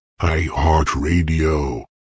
iHeartRadio